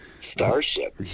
starship